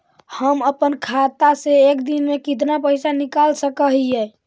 हम अपन खाता से एक दिन में कितना पैसा निकाल सक हिय?